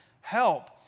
help